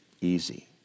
easy